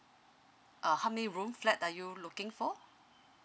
uh how many room flat are you looking for